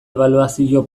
ebaluazio